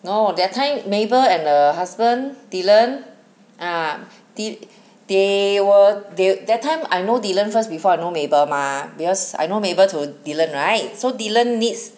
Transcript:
no that time mabel and her husband dylan ah d~ they were they that time I know dylan first before I know mabel mah because I know mabel through dylan right so dylan needs